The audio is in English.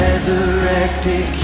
resurrected